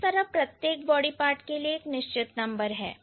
तो इस तरह प्रत्येक बॉडी पार्ट के लिए एक निश्चित नंबर है